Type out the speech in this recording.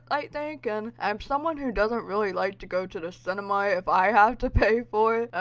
i think, and i'm someone who doesn't really like to go to the cinema if i have to pay for it,